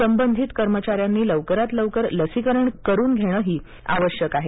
संबंधित कर्मचाऱ्यांनी लवकरात लवकर लसीकरण करून घेणंही आवश्यक आहे